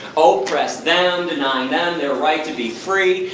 ah oppress them, denying them their right to be free.